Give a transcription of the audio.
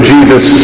Jesus